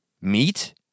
Meat